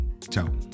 Ciao